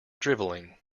drivelling